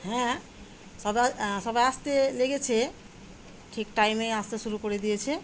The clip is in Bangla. হ্যাঁ সবাই সবাই আসতে লেগেছে ঠিক টাইমে আসতে শুরু করে দিয়েছে